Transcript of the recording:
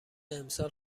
امسال